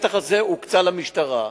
השטח הזה הוקצה למשטרה.